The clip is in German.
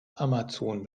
amazon